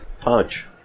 punch